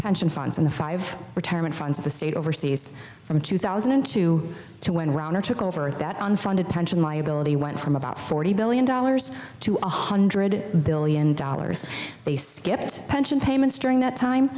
pension funds in the five retirement funds of the state overseas from two thousand and two two went around or took over at that unfunded pension liability went from about forty billion dollars to one hundred billion dollars they skipped pension payments during that time